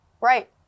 Right